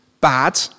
bad